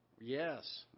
Yes